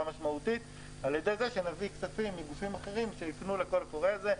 משמעותית על ידי זה שנביא כספים מגופים אחרים שיפנו לקול הקורא הזה.